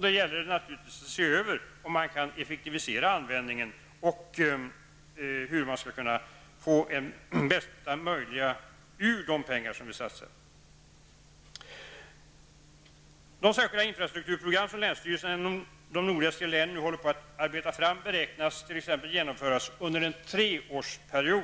Det gäller naturligtvis att se över om man kan effektivisera användningen och hur man skulle kunna få ut det bästa möjliga av de pengar som satsas. De särskilda infrastrukturprogram som länsstyrelserna i de nordligaste länen nu håller på att arbeta fram beräknas bli genomförda under en treårsperiod.